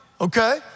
okay